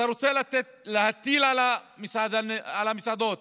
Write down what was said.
אתה רוצה להטיל היטלים על המסעדות